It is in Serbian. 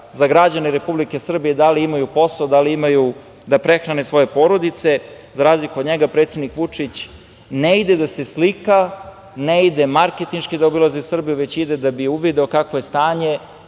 za građane Republike Srbije da li imaju posao, da li imaju da prehrane svoje porodice. Za razliku od njega, predsednik Vučić ne ide da se slika, ne ide marketinški da obilazi Srbiju, već ide da bi uvideo kakvo je stanje,